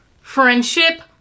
friendship